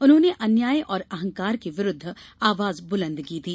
उन्होंने अन्याय और अहंकार के विरूद्व आवाज बुलंद की थी